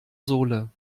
sohle